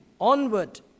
onward